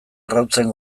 arrautzen